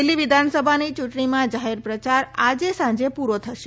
દિલ્ફી વિધાનસભાની ચુંટણીમાં જાહેર પ્રચાર આજે સાંજે પુરો થશે